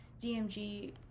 dmg